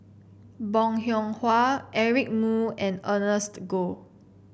Bong Hiong Hwa Eric Moo and Ernest Goh